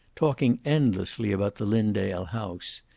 talking endlessly about the linndale house,